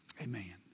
amen